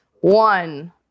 one